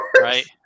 Right